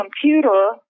computer